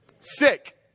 sick